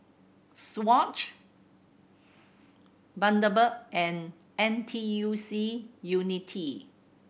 Swatch Bundaberg and N T U C Unity